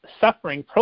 suffering